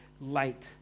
light